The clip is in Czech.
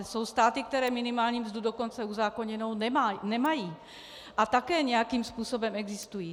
Jsou státy, které minimální mzdu dokonce uzákoněnou nemají, a také nějakým způsobem existují.